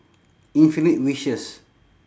infinite wishes